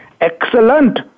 excellent